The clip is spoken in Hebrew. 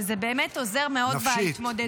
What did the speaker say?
אבל זה באמת עוזר מאוד בהתמודדות.